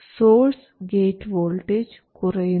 source gate voltage കുറയുന്നു